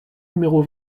numéro